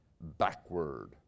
backward